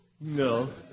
No